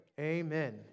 Amen